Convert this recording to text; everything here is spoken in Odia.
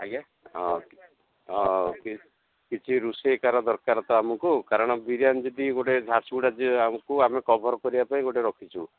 ଆଜ୍ଞା ହଁ ହଁ କି କିଛି ରୋଷେଇକାର ଦରକାର ତ ଆମକୁ କାରଣ ବିରିୟାନୀ ଯଦି ଗୋଟେ ଝାରସୁଗୁଡ଼ା ଯ ଆମକୁ ଆମେ କଭର କରିବା ପାଇଁ ଗୋଟେ ରଖିଛୁ